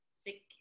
sick